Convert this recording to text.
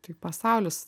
tai pasaulis